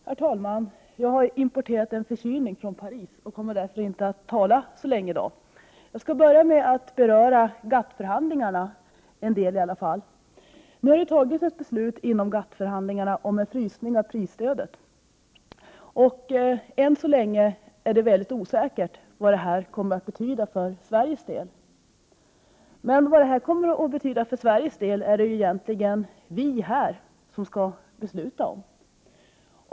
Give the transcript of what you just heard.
Herr talman! Jag har importerat en förkylning från Paris och kommer därför inte att tala så länge i dag. Jag skall börja med att beröra GATT-förhandlingarna. Nu har det alltså tagits ett beslut inom GATT om en frysning av prisstödet. Än så länge är det väldigt osäkert vad det kommer att betyda för Sveriges del, men vad det kommer att betyda för Sveriges del är det ju egentligen vi här som skall besluta om.